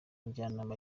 njyanama